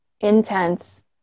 intense